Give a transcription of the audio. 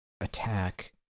attack